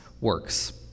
works